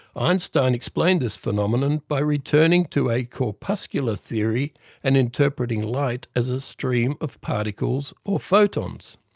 einstein explained this phenomenon by returning to a corpuscular theory and interpreting light as a stream of particles, or photons.